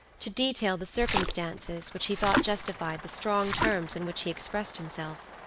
to detail the circumstances which he thought justified the strong terms in which he expressed himself.